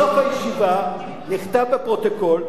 בסוף הישיבה נכתב בפרוטוקול,